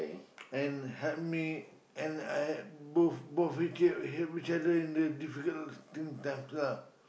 and help me and I both both we can help each other in a difficult in times lah